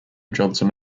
johnson